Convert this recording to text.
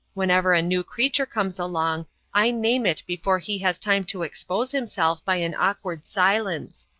whenever a new creature comes along i name it before he has time to expose himself by an awkward silence.